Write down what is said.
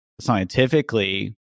scientifically